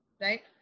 right